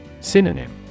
Synonym